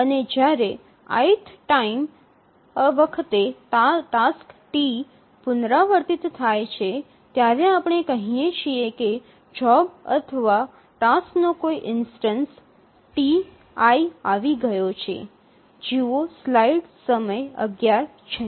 અને જ્યારે ith time વખતે ટાસ્ક t પુનરાવર્તિત થાય છે ત્યારે આપણે કહીએ છીએ કે જોબ અથવા ટાસ્કનો કોઈ ઇન્સ્ટનસ Ti આવી ગયો છે